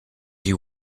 you